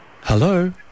Hello